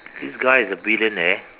this guy is a billionaire